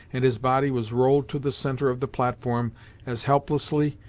and his body was rolled to the centre of the platform as helplessly,